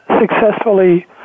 successfully